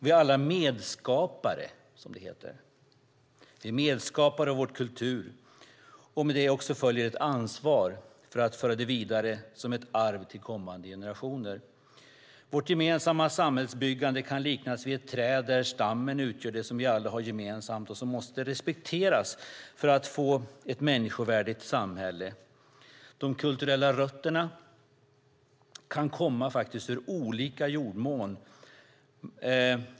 Vi är alla medskapare av vår kultur, och med det följer också ett ansvar att föra den vidare som ett arv till kommande generationer. Vårt gemensamma samhällsbyggande kan liknas vid ett träd där stammen utgör det som vi alla har gemensamt och som måste respekteras för att vi ska få ett människovärdigt samhälle. De kulturella rötterna kan komma ur olika jordmån.